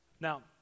Now